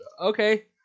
okay